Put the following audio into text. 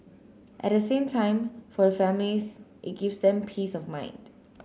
at the same time for the families it gives them peace of mind